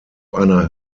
einer